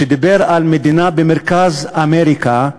שדיבר על מדינה במרכז אמריקה,